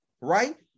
right